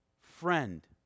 friend